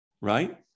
right